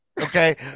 Okay